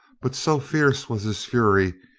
but so fierce was his fury,